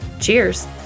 Cheers